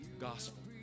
gospel